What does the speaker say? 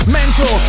Mental